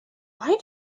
why